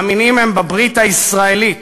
מאמינים הם בברית הישראלית,